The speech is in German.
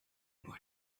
nur